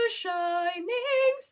shining